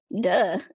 duh